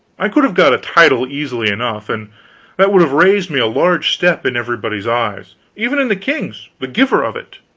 i could have got a title easily enough, and that would have raised me a large step in everybody's eyes even in the king's, the giver of it.